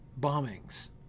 bombings